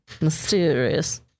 mysterious